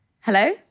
Hello